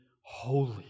holy